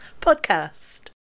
podcast